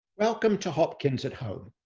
welcome to hopkins at home.